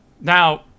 now